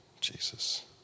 Jesus